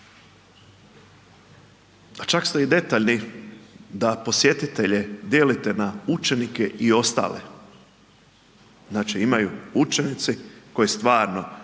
A čak ste i detaljni da posjetitelje dijelite na učenike i ostale, znači imaju učenici koje stvarno